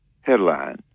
headline